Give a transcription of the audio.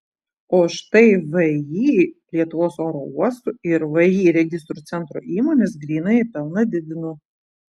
o štai vį lietuvos oro uostų ir vį registrų centro įmonės grynąjį pelną didino